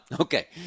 Okay